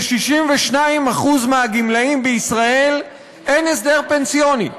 ל-62% מהגמלאים בישראל אין הסדר פנסיוני,